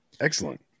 Excellent